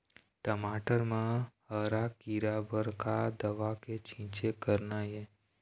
टमाटर म हरा किरा बर का दवा के छींचे करना ये?